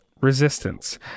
resistance